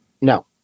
No